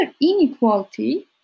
inequality